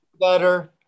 better